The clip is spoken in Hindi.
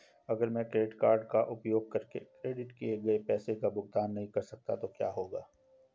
अगर मैं क्रेडिट कार्ड का उपयोग करके क्रेडिट किए गए पैसे का भुगतान नहीं कर सकता तो क्या होगा?